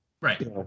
right